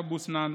אבו סנאן,